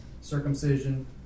circumcision